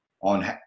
on